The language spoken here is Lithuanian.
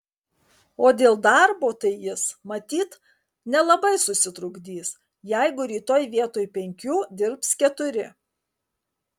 o dėl darbo tai jis matyt nelabai susitrukdys jeigu rytoj vietoj penkių dirbs keturi